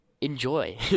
enjoy